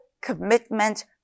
commitment